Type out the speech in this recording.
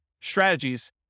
strategies